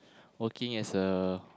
working as a